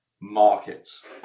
markets